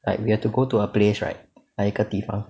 like you have to go to a place right like 一个地方